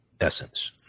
Essence